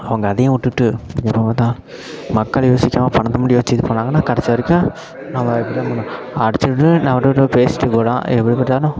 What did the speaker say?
அவங்க அதையும் விட்டுட்டு எப்போ பார்த்தா மக்களை யோசிக்காமல் பணத்தை மட்டும் யோசித்து இது பண்ணாங்கனால் கடைசி வரைக்கும் நம்ம இப்படி தான் பண்ணணும் அடிச்சுக்கிட்டு நம்ம நடுவில் பேசிவிட்டு போகலாம் எப்படி பார்த்தாலும்